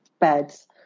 beds